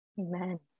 Amen